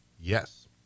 yes